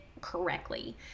correctly